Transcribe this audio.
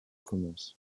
commence